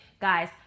guys